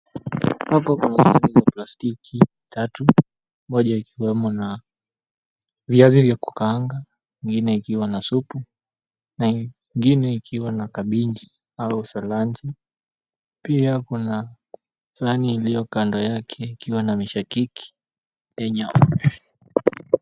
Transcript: Hapa kuna sahani za plastiki tatu. Moja ikiwemo na viazi vya kukaanga, ingine ikiwa na supu na ingine ikiwa na kabichi au saladi. Pia kuna sahani iliyo kando yake ikiwa na mishakiki yenye.